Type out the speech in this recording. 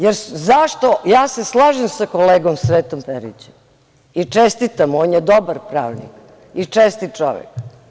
Ja se slažem sa kolegom Sretom Perićem i čestitam mu, on je dobar pravnik i čestit čovek.